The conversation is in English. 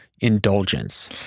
indulgence